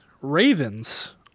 ravens